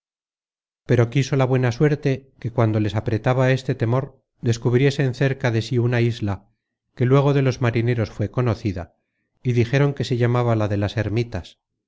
pero quiso la buena suerte que cuando les apretaba este temor descubriesen cerca de sí una isla que luego de los marineros fué conocida y dijeron que se llamaba la de las ermitas